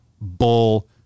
bull